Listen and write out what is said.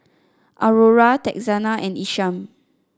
Aurora Texanna and Isham